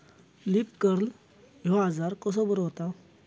Leaf curl ह्यो आजार कसो बरो व्हता?